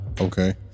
Okay